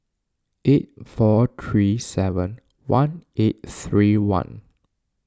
eight four three seven one eight three one